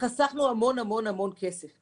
חסכנו המון כסף בזה.